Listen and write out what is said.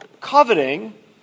coveting